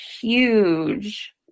huge